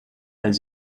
els